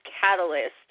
catalyst